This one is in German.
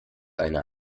eine